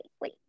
Wait